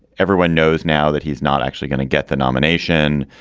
everyone knows now that he's not actually going to get the nomination.